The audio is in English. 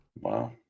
Wow